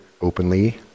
openly